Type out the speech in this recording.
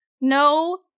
No